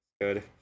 good